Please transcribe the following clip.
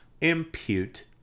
impute